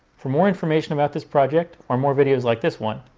for more information about this project, or more videos like this one,